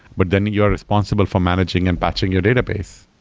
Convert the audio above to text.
but then you are responsible for managing and batching your database.